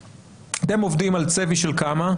אתם עובדים על צפי של כמה?